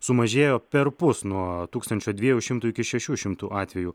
sumažėjo perpus nuo tūkstančio dviejų šimtų iki šešių šimtų atvejų